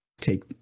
take